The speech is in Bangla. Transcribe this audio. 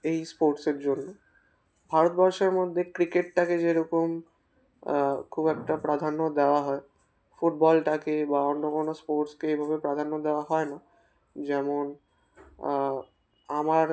এই স্পোর্টসের জন্য ভারতবর্ষের মধ্যে ক্রিকেটটাকে যেরকম খুব একটা প্রাধান্য দেওয়া হয় ফুটবলটাকে বা অন্য কোনো স্পোর্টসকে এভাবে প্রাধান্য দেওয়া হয় না যেমন আমার